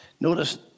Notice